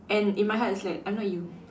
and in my heart it's like I'm not you